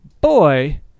Boy